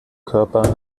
körper